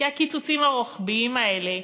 כי הקיצוצים הרוחביים האלה,